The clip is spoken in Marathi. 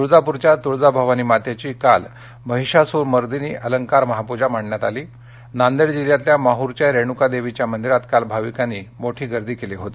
तुळजाप्रच्या तुळजाभवानी मातेची काल महिषासुरमर्दिनी अलंकार महापूजा मांडण्यात आली नांदेड जिल्ह्यातल्या माहुरच्या रेणूका देवीच्या मंदिरात काल भाविकांनी मोठी गर्दी केली होती